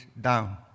down